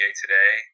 today